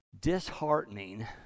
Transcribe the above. disheartening